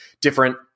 different